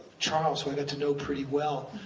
charles, who i got to know pretty well,